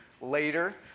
later